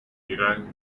irán